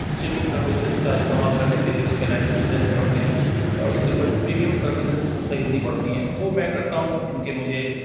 streaming services کا استعمال کرنے کے لیے اس کے لائسنس لینے پڑتے ہیں یا اس کے پر پریمیم سروسز خریدنی پڑتی ہیں وہ میں کرتا ہوں کیونکہ مجھے